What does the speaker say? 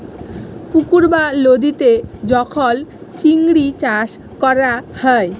পুকুর বা লদীতে যখল চিংড়ি চাষ ক্যরা হ্যয়